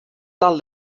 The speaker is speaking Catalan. tal